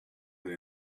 they